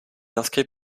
inscrit